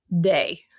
day